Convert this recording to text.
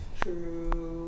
true